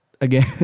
again